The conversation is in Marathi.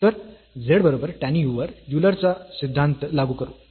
तर z बरोबर tan u वर युलर चा सिद्धांत लागू करू